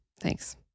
thanks